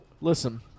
listen